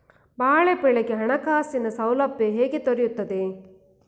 ಬಾಳೆ ಬೆಳೆಗೆ ಹಣಕಾಸಿನ ಸೌಲಭ್ಯ ಹೇಗೆ ದೊರೆಯುತ್ತದೆ?